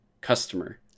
customer